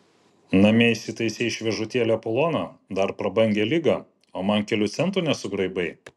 namie įsitaisei šviežutėlį apoloną dar prabangią ligą o man kelių centų nesugraibai